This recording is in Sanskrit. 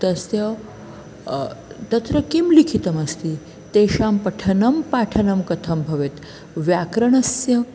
तस्य तत्र किं लिखितमस्ति तेषां पठनं पाठनं कथं भवेत् व्याकरणस्य